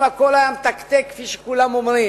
אם הכול היה מתקתק כפי שכולם אומרים,